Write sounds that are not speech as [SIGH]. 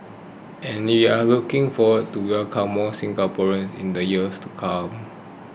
and [UNINTELLIGIBLE] are looking forward to welcoming more Singaporeans in the years to come